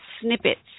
snippets